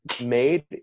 made